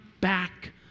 back